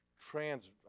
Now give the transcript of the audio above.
trans